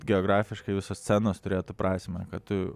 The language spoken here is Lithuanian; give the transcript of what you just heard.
geografiškai viso scenos turėtų prasmę kad